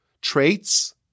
traits